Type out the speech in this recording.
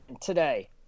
today